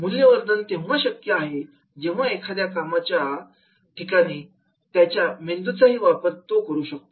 मूल्यवर्धन तेव्हा शक्य आहे जेव्हा एखाद्या कामगाराच्या हाता बरोबरच त्याच्या मेंदूचा ही वापर होतो